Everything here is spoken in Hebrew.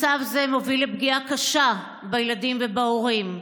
מצב זה מוביל לפגיעה קשה בילדים ובהורים.